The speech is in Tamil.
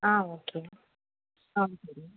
ஆ ஓகே ஆ சரி